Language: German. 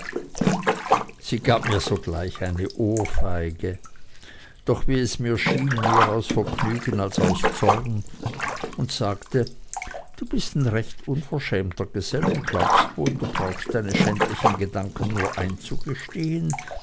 sie gab mir sogleich eine ohrfeige doch wie es mir schien mehr aus vergnügen als aus zorn und sagte du bist ein recht unverschämter gesell und glaubst wohl du brauchst deine schändlichen gedanken nur einzugestehen